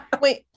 Wait